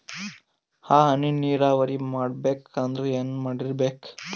ಈ ಹನಿ ನೀರಾವರಿ ಮಾಡಬೇಕು ಅಂದ್ರ ಏನ್ ಮಾಡಿರಬೇಕು?